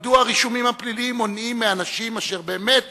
מדוע הרישומים הפליליים מונעים מאנשים אשר באמת